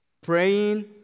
praying